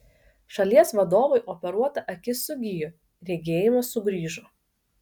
šalies vadovui operuota akis sugijo regėjimas sugrįžo